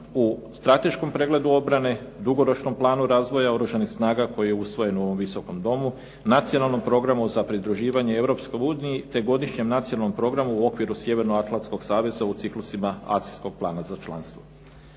u strateškom pregledu obrane, dugoročnom planu razvoja oružanih snaga koji je usvojen u ovom Visokom domu, Nacionalnom programu za pridruživanje Europskoj uniji te Godišnjem nacionalnom programu u okviru Sjeverno-atlanskog saveza u ciklusima akcijskog plana za članstvo.